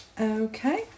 Okay